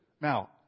Now